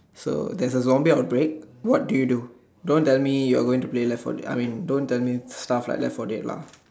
so there's a zombie outbreak what do you do don't tell me you're going to play left for dead I mean don't tell me stuff like left for dead lah